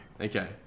Okay